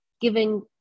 giving